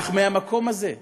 אך מהמקום הזה,